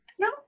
No